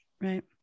Right